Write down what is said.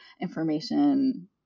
information